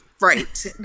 right